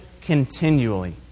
continually